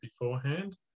beforehand